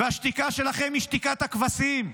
השתיקה שלכם היא שתיקת הכבשים,